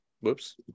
whoops